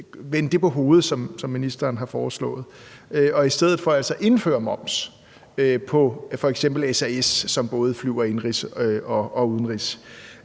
vende det på hovedet, som ministeren har foreslået, og i stedet for altså indføre moms på f.eks. SAS, som både flyver indenrigs og udenrigs.